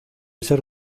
ser